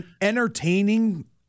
entertaining